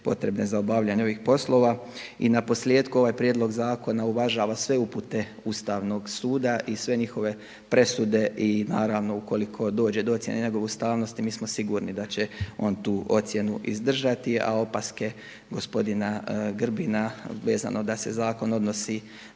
potrebne za obavljanje ovih poslova. I na posljetku ovaj prijedlog zakona uvažava sve upute Ustavnog suda i sve njihove presude. I naravno ukoliko dođe do ocjene njegove ustavnosti mi smo sigurni da će on tu ocjenu izdržati, a opaske gospodina Grbina vezano da se zakon odnosi